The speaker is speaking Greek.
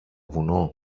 βουνό